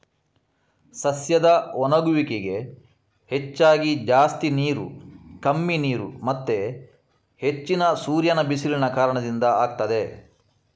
ಸಸ್ಯದ ಒಣಗುವಿಕೆಗೆ ಹೆಚ್ಚಾಗಿ ಜಾಸ್ತಿ ನೀರು, ಕಮ್ಮಿ ನೀರು ಮತ್ತೆ ಹೆಚ್ಚಿನ ಸೂರ್ಯನ ಬಿಸಿಲಿನ ಕಾರಣದಿಂದ ಆಗ್ತದೆ